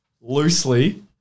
loosely